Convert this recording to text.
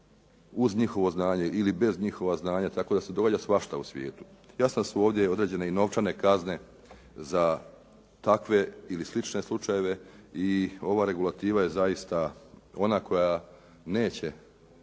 uz njihovo znanje ili bez njihova znanja tako da se događa svašta u svijetu. Jasno da su ovdje i određene novčane kazne za takve ili slične slučajeve i ova regulativa je zaista ona koja neće